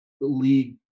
league